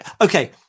okay